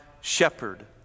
shepherd